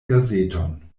gazeton